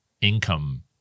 income